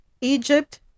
Egypt